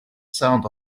sound